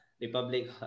Republic